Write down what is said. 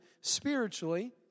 spiritually